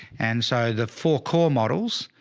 and so the four core models